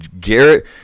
Garrett